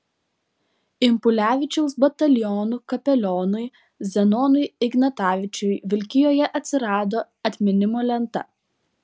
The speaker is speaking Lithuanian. impulevičiaus batalionų kapelionui zenonui ignatavičiui vilkijoje atsirado atminimo lenta